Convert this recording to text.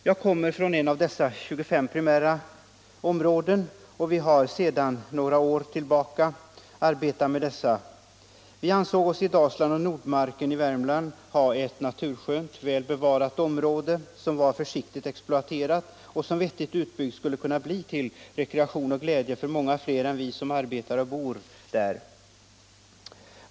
Jag kommer från en av dessa 25 primära områden där vi sedan några år tillbaka arbetat med dessa frågor. Vi ansåg oss i Dalsland och i Nordmarken i Värmland ha ett naturskönt och väl bevarat område, som var försiktigt exploaterat och som, vettigt utbyggt, skulle kunna bli till glädje och rekreation för många fler än de som arbetar och bor där.